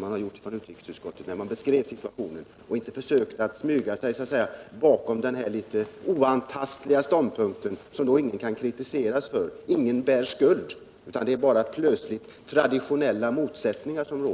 mening, utrikesutskottet ha gjort när det beskrev situationen och inte försökt att smyga sig bakom den litet oantastliga ståndpunkten, som ingen kan kritiseras för: ingen bär skuld, det är bara så att det plötsligt uppstått traditionella motsättningar.